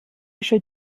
eisiau